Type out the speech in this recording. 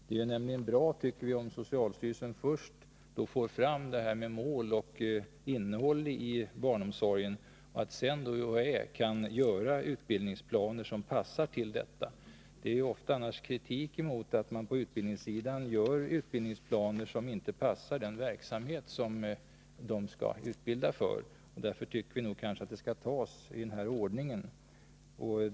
Det är nämligen bra om socialstyrelsen först får fram mål och innehåll i barnomsorgen och UHÄ sedan kan göra utbildningsplaner som passar till detta. Ofta kommer annars kritik mot att man på utbildningssidan gör utbildningsplaner som inte passar för den verksamhet som utbildningen gäller. Därför tycker jag att vi skall hålla oss till den här ordningen.